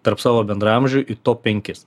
tarp savo bendraamžių į top penkis